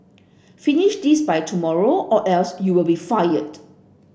finish this by tomorrow or else you'll be fired